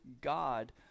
God